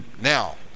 now